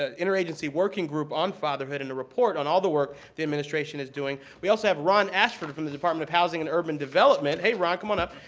ah interagency working group on fatherhood and a report on all the work the administration is doing. we also have ron ashford from the department of housing and urban development. hey, ron, come on up.